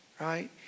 right